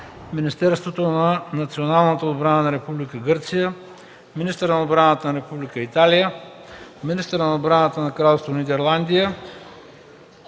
Министерството на националната отбрана на Република Гърция, министъра на отбраната на Република Италия, министъра на отбраната на Кралство Нидерландия,